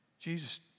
Jesus